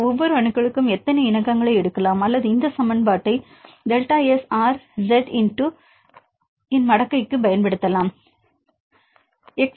ஒவ்வொரு அணுக்களும் எத்தனை இணக்கங்களை எடுக்கலாம் அல்லது இந்த சமன்பாட்டை delta S R Z x இன் மடக்கைக்கு பயன்படுத்தலாம் Delta S Ri lnZx